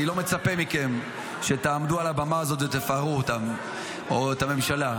אני לא מצפה מכם שתעמדו על הבמה הזאת ותפארו אותנו או את הממשלה,